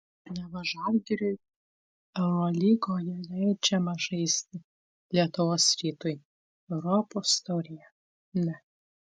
neva žalgiriui eurolygoje leidžiama žaisti lietuvos rytui europos taurėje ne